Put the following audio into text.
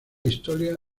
historia